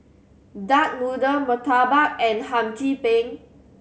duck noodle murtabak and Hum Chim Peng